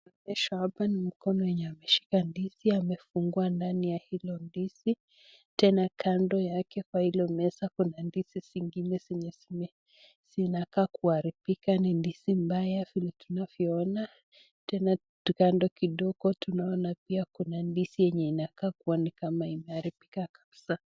Tunaonyeshwa hapa ni mkono yenye ameshika ndizi, amefungua ndani ya hilo ndizi. Tena kando yake kwa hilo meza kuna ndizi zingine zenye zime zinakaa kuharibika, ni ndizi mbaya vile tunavyoona. Tena kando kidogo tunaona pia kuna ndizi yenye inakaa kuwa ni kama imeharibika kabisa.